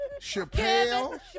Chappelle